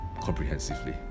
comprehensively